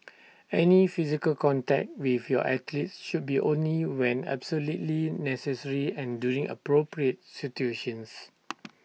any physical contact with your athletes should be only when absolutely necessary and during appropriate situations